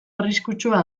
arriskutsua